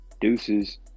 deuces